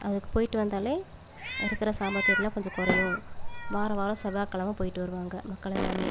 அதுக்கு போய்ட்டு வந்தாலே இருக்கிற சாபத்தை எல்லாம் கொஞ்சம் குறையும் வாரம் வாரம் செவ்வாக்கெழம போய்ட்டு வருவாங்க மக்கள் எல்லாமே